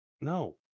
No